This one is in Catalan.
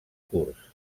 curts